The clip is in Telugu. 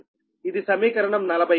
ఇది సమీకరణం 47